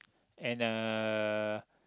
and uh